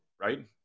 right